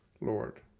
Lord